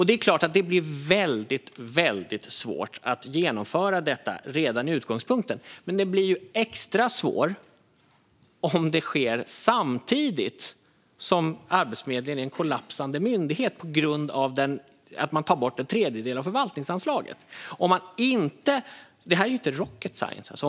Det är klart att det blir väldigt svårt att genomföra detta redan i utgångsläget, men det blir extra svårt om det sker samtidigt som Arbetsförmedlingen är en kollapsande myndighet på grund av att man tar bort en tredjedel av förvaltningsanslaget. Det här är ju inte rocket science.